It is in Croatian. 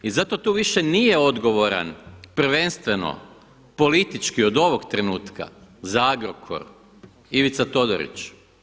I zato tu više nije odgovoran prvenstveno politički od ovog trenutka za Agrokor Ivica Todorić.